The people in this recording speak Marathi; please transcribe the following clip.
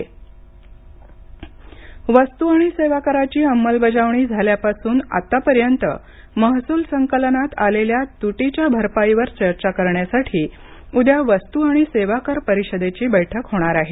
जीएसटी बैठक वस्तू आणि सेवा कराची अंमलबजावणी झाल्यापासून आतापर्यंत महसूल संकलनात आलेल्या तुटीच्या भरपाईवर चर्चा करण्यासाठी उद्या वस्तू आणि सेवा कर परिषदेची बैठक होणार आहे